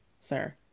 sir